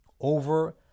over